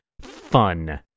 fun